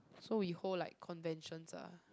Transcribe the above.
so we hold like conventions ah